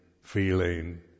feeling